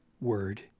word